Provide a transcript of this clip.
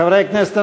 חברי הכנסת,